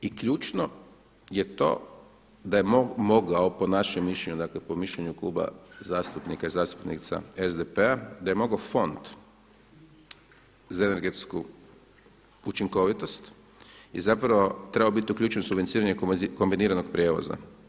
I ključno je to da je moglo po našem mišljenju, dakle po mišljenju Kluba zastupnika i zastupnica SDP-a da je mogao Fond za energetsku učinkovitost i zapravo trebao biti uključen u subvencioniranje kombiniranog prijevoza.